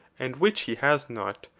and which he has not,